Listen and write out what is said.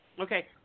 Okay